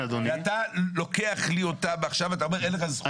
ואתה לוקח לי אותם ועכשיו אתה אומר לי אין לך זכות.